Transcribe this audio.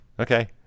Okay